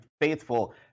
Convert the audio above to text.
faithful